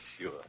sure